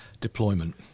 deployment